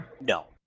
No